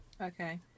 okay